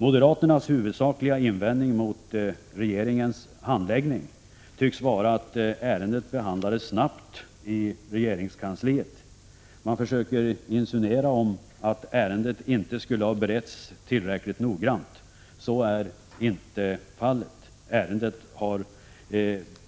Moderaternas huvudsakliga invändning mot regeringens handläggning tycks vara att ärendet behandlades snabbt i regeringskansliet. Man försöker insinuera att ärendet inte skulle ha beretts tillräckligt noggrant. Så är inte fallet. Ärendet har